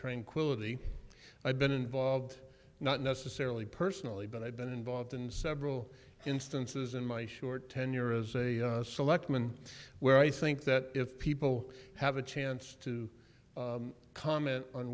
train quality i've been involved not necessarily personally but i've been involved in several instances in my short tenure as a selectman where i think that if people have a chance to comment on